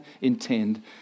intend